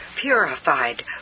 Purified